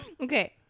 Okay